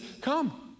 come